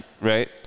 right